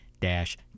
dash